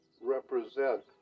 represent